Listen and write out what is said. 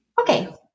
Okay